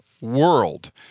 World